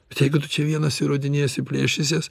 bet jeigu tu čia vienas įrodinėsi plėšysies